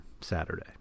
Saturday